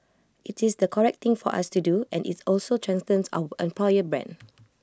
IT is the correct thing for us to do and IT also strengthens our employer brand